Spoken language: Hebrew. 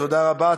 תודה רבה.